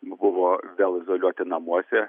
buvo vėl izoliuoti namuose